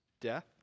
death